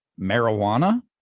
marijuana